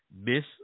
miss